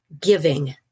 giving